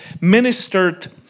ministered